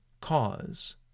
cause